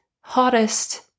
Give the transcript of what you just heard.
hottest